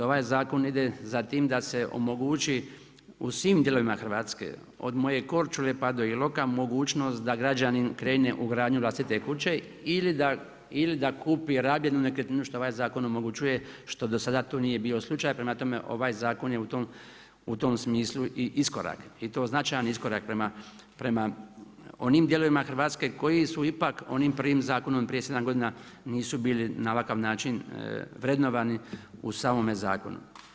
Ovaj zakon ide za tim da se omogući u svim dijelovima Hrvatske od moje Korčule, pa do Iloka mogućnost da građanin krene u gradnju vlastite kuće ili da kupi rabljenu nekretninu, što ovaj zakon omogućuje, što do sada to nije bio slučaj, prema tome ovaj zakon je u tom smislu i iskorak i to značajan iskorak prema onim dijelovima Hrvatske koji su ipak onim prvim zakonom prije 7 godina nisu bili na ovakav način vrednovani u samome zakonu.